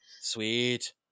Sweet